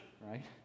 right